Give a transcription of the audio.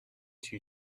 two